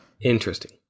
Interesting